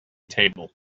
table